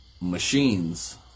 machines